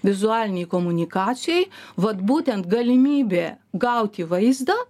vizualinėj komunikacijoj vat būtent galimybė gauti vaizdą